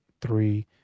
three